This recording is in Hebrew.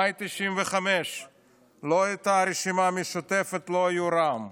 מאי 1995. לא הייתה הרשימה המשותפת, לא היו רע"מ,